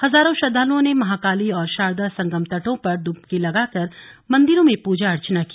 हजारों श्रद्वालुओं ने महाकाली और शारदा संगम तटों पर डुबकी लगाकर मन्दिरों में पूजा अर्चना की